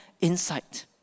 insight